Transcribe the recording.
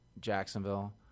Jacksonville